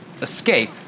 Escape